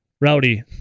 Rowdy